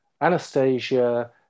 Anastasia